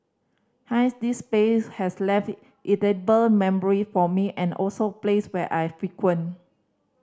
hence this place has left it indelible memory for me and also place where I frequent